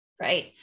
Right